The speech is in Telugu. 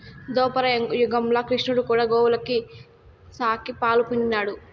దోపర యుగంల క్రిష్ణుడు కూడా గోవుల సాకి, పాలు పిండినాడు